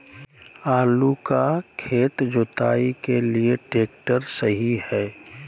आलू का खेत जुताई के लिए ट्रैक्टर सही है?